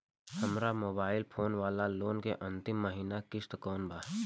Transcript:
हमार mobile phone वाला loan के अंतिम महिना किश्त कौन बा?